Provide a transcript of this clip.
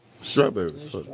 Strawberries